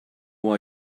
why